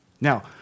Now